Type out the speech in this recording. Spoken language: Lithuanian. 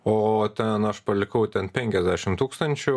o ten aš palikau ten penkiasdešimt tūkstančių